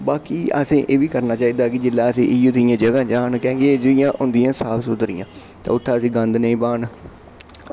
बाकी असें एह् बी करना चाहिदा कि जेल्लै अस इ'यै देही जगह जान कैंह् कि एह् जेहियां होंदियां साफ सुथरियां ते उत्थें अस गंद नेईं पान